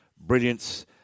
brilliance